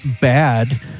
bad